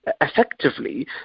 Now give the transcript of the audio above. effectively